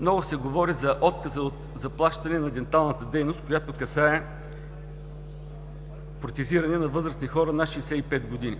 много се говори за отказа от заплащане на денталната дейност, която касае протезиране на възрастни хора над 65 години.